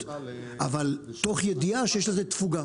אבל תוך ידיעה שיש לזה תפוגה.